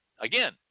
again